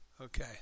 Okay